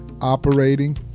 operating